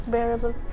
Bearable